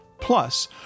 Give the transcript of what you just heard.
Plus